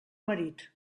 marit